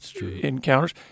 encounters